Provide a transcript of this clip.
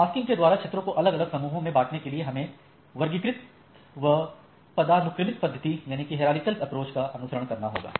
masking के द्वारा क्षेत्रों को अलग अलग समूहों में बांटने के लिए हमें वर्गीकृत एवं पदानुक्रमिक पद्धति का अनुसरण करना होगा